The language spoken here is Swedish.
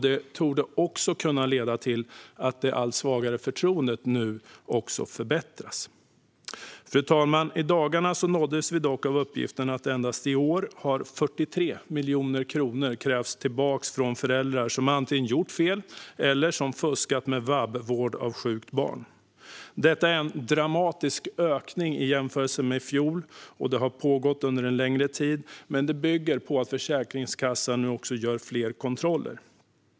Det torde också kunna leda till att det allt svagare förtroendet nu kan förbättras. Fru talman! I dagarna nåddes vi av uppgiften att endast i år har 43 miljoner kronor krävts tillbaka från föräldrar som antingen har gjort fel eller fuskat med vab, vård av sjukt barn. Detta är en dramatisk ökning i jämförelse med i fjol, och det har pågått under en längre tid. Det bygger på att Försäkringskassan nu gör fler kontroller.